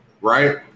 right